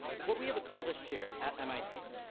what we have accomplished here at mit,